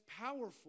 powerful